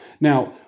Now